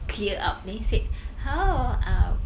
clear up then he said how uh